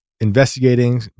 Investigating